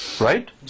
Right